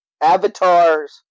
avatars